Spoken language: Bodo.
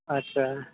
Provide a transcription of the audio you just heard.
आस्सा